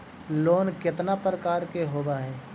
Loan केतना प्रकार के होव हइ?